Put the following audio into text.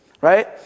right